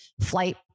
flight